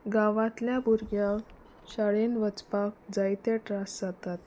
गांवांतल्या भुरग्यांक शाळेंत वचपाक जायते त्रास जातात